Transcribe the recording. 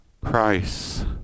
Christ